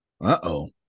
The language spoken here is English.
Uh-oh